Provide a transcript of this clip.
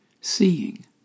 seeing